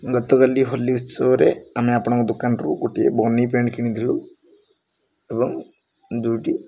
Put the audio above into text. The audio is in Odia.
ଗତକାଲି ହୋଲି ଉତ୍ସବରେ ଆମେ ଆପଣଙ୍କ ଦୋକାନରୁ ଗୋଟିଏ ବନି ପ୍ୟାଣ୍ଟ କିଣିଥିଲୁ ଏବଂ ଦୁଇଟି